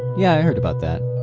yeah, i heard about that.